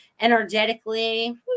Energetically